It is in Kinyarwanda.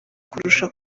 kurusha